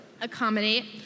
accommodate